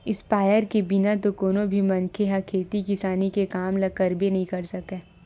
sprayer के बिना तो कोनो भी मनखे ह खेती किसानी के काम ल करबे नइ कर सकय